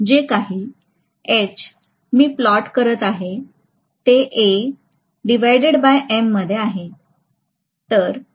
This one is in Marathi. जे काही H मी प्लॉट करत आहे ते A m मध्ये आहे